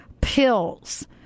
pills